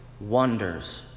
wonders